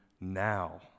now